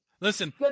Listen